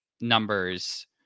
numbers